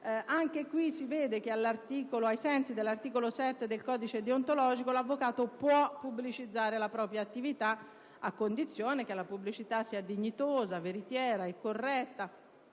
In Spagna, ai sensi dell'articolo 7 del codice deontologico, l'avvocato può pubblicizzare la propria attività, a condizione che la pubblicità sia dignitosa, veritiera e corretta